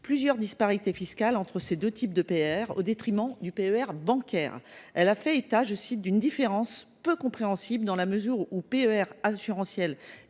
plusieurs disparités fiscales entre les deux types de PER au détriment du PER bancaire, faisant état d’une « différence […] peu compréhensible dans la mesure où PER assurantiel